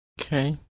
Okay